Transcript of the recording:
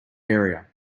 area